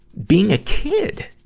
being a kid!